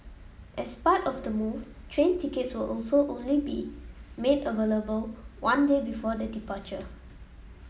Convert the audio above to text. as part of the move train tickets will also only be made available one day before the departure